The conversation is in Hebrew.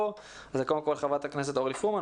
קודם כל חברת הכנסת אורלי פרומן,